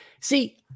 See